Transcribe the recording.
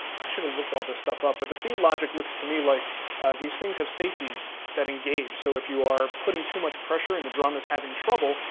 i should have looked all this stuff up, but the feed logic looks to me like these things have safteys that engage, so if you are putting too much pressure and the drum is having trouble,